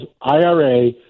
IRA